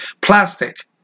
plastic